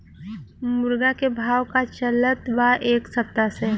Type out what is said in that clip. मुर्गा के भाव का चलत बा एक सप्ताह से?